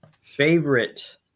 Favorite